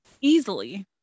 easily